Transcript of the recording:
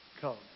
Come